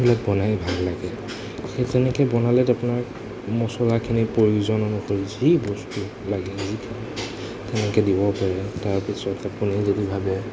সেইবিলাক বনাই ভাল লাগে সেই তেনেকৈ বনালে আপোনাৰ মছলাখিনিৰ প্ৰয়োজন অনুসৰি যি বস্তু লাগে যি তেনেকৈ দিব পাৰে তাৰপিছত আপুনি যদি ভাবে